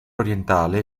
orientale